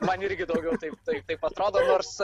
man irgi daugiau taip taip taip atrodo nors